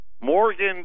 Morgan